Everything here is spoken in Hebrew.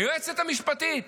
היועצת המשפטית